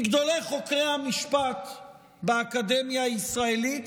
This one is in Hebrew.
מגדולי חוקרי המשפט באקדמיה הישראלית,